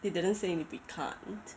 they didn't say we can't